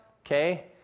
Okay